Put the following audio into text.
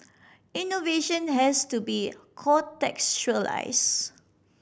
innovation has to be contextualise